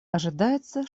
ожидается